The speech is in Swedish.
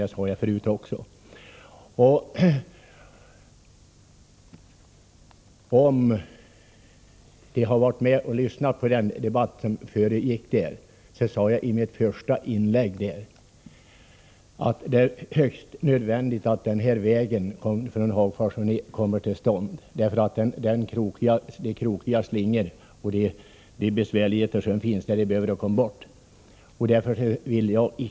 Den som har lyssnat på den tidigare debatten vet att jag i mitt första inlägg sade att det är högst nödvändigt att denna väg från Hagfors till Molkom kommer till stånd. Den nuvarande krokiga, slingriga och besvärliga vägen behöver bytas en bit.